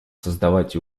создавать